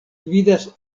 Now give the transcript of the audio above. gvidas